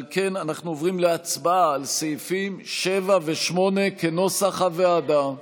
על כן אנחנו עוברים להצבעה על סעיפים 7 ו-8 כנוסח הוועדה.